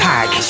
Pack